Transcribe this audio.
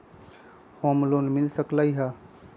Home loan मिल सकलइ ह?